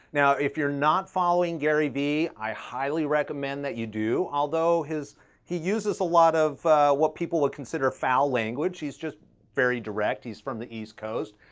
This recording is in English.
now, if you're not following gary v, i highly recommend that you do, although he uses a lot of what people would consider foul language, he's just very direct, he's from the east coast.